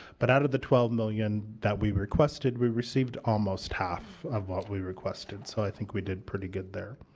but out of the twelve million that we requested, we received almost half of what we requested so i think we did pretty good there.